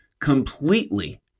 completely